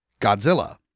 Godzilla